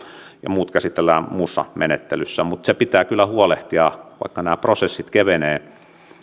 ja muut käsitellään muussa menettelyssä mutta siitä pitää kyllä huolehtia että vaikka nämä prosessit kevenevät